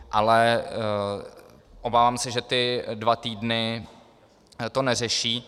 Ale obávám se, že ty dva týdny to neřeší.